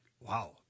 wow